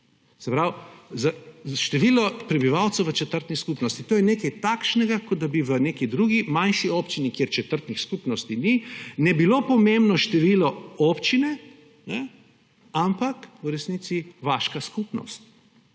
se pravi, število prebivalcev v četrtni skupnosti. To je nekaj takšnega, kot da bi v neki drugi manjši občini, kjer četrtnih skupnosti ni, ne bilo pomembno število občine, ampak v resnici vaška skupnost.